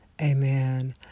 Amen